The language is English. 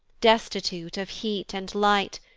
destitute of heat and light,